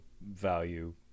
value